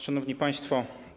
Szanowni Państwo!